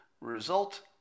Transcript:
result